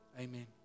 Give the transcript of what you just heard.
Amen